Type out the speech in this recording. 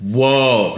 Whoa